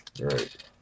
Right